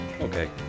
Okay